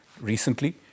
recently